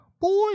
boy